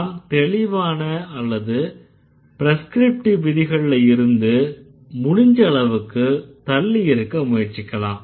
நாம் தெளிவான அல்லது ப்ரெஸ்க்ரிப்டிவ் விதிகள்ல இருந்து முடிஞ்ச அளவுக்கு தள்ளி இருக்க முயற்சிக்கலாம்